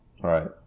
Right